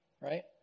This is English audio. Right